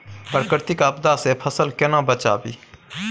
प्राकृतिक आपदा सं फसल केना बचावी?